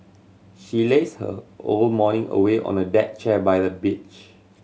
she lazed her whole morning away on a deck chair by the beach